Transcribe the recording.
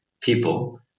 people